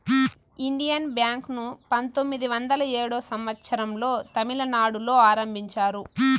Indian bank ను పంతొమ్మిది వందల ఏడో సంవచ్చరం లో తమిళనాడులో ఆరంభించారు